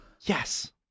Yes